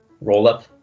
roll-up